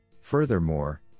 Furthermore